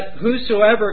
whosoever